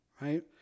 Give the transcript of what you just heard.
right